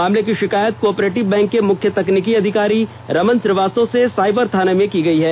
मामले की षिकायत को ऑपरेटिव बैंक के मुख्य तकनीकी अधिकारी रमने श्रीवास्तव ने साईबर थाना में की है